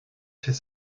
fait